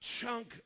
chunk